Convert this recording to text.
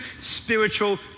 spiritual